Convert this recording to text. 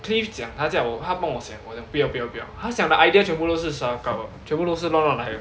cliff 讲他叫我他帮我想我讲不要不要他想的 idea 全部都是 salakau 的全部都是乱乱来的